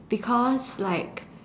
because like